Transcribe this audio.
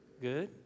good